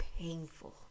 painful